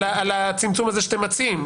על הצמצום הזה שאתם מציעים.